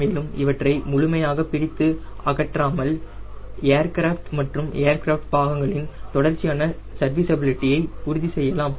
மேலும் இவற்றை முழுமையாக பிரித்து அகற்றாமல் ஏர்கிராஃப்ட் மற்றும் ஏர்கிராஃப்ட் பாகங்களின் தொடர்ச்சியான சர்வீஸபிலிடியை உறுதிசெய்யலாம்